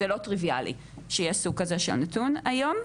זה לא טריוויאלי שיש סוג כזה של נתון היום.